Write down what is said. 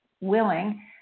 willing